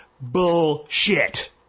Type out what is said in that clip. Bullshit